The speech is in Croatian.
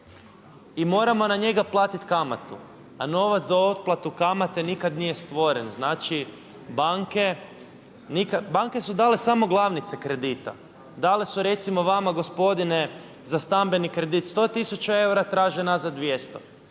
i moramo na njega platiti kamatu a novac za otplatu kamate nikada nije stvoren. Znači banke su dale samo glavnice kredita. Dale su recimo vama gospodine za stambeni kredit 100 tisuća eura, traže nazad 200.